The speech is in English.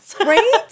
Right